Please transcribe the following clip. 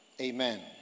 Amen